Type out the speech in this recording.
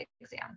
exam